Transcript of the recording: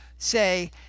say